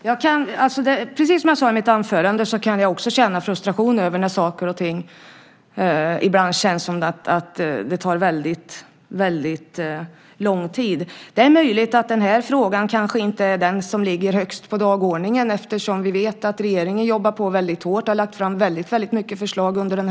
Herr talman! Precis som jag sade i mitt anförande kan jag också känna frustration när saker och ting tar lång tid. Det är möjligt att den här frågan kanske inte står högst på dagordningen. Vi vet att regeringen jobbar hårt och har lagt fram många förslag under våren.